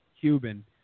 Cuban